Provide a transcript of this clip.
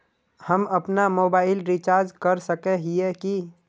हम अपना mobile recharge कर सकय हिये की?